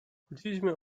chodziliśmy